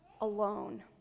alone